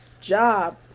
job